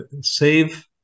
save